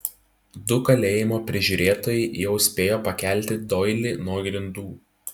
du kalėjimo prižiūrėtojai jau spėjo pakelti doilį nuo grindų